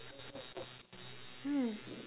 mm